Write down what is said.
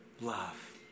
love